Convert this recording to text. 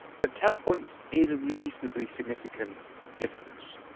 but ten points is a reasonably significant difference.